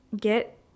get